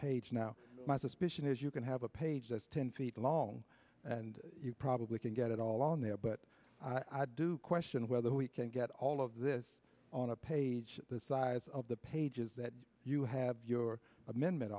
page now my suspicion is you can have a page that's ten feet long and you probably can get it all on there but i do question whether we can get all of this on a page the size of the pages that you have your amendment